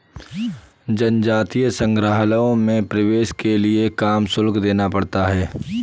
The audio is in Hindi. जनजातीय संग्रहालयों में प्रवेश के लिए काम शुल्क देना पड़ता है